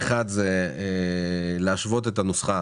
אחד זה להשוות את הנוסחה